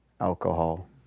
alcohol